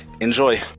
enjoy